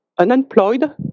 Unemployed